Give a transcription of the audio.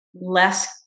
less